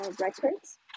records